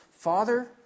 Father